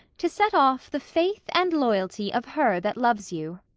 to set off the faith, and loyalty of her that loves you.